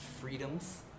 freedoms